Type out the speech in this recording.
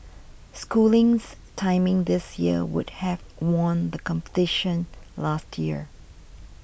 schooling's timing this year would have won the competition last year